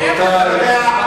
רבותי.